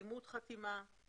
אימות חתימה,